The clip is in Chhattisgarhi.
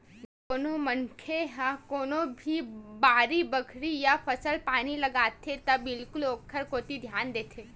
जब कोनो मनखे ह कोनो भी बाड़ी बखरी या फसल पानी लगाथे त बिल्कुल ओखर कोती धियान देथे